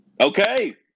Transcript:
Okay